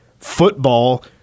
football